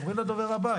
עוברים לדובר הבא.